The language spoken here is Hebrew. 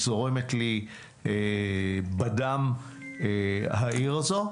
היא זורמת לי בדם העיר הזאת,